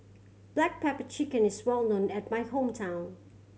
black pepper chicken is well known at my hometown